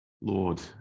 Lord